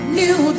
new